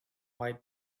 white